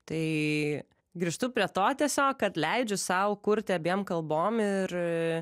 tai grįžtu prie to tiesiog kad leidžiu sau kurti abiem kalbom ir